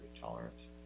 tolerance